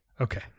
Okay